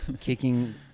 Kicking